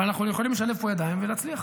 אבל אנחנו יכולים לשלב פה ידיים ולהצליח.